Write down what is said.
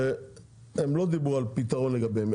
שהם לא דיברו על פתרון לגביהם,